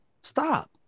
Stop